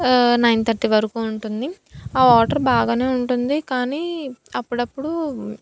nine thirty వరకు ఉంటుంది ఆ వాటర్ బాగానే ఉంటుంది కానీ అప్పుడప్పుడు